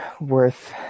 worth